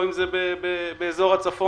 או אם זה באזור הצפון,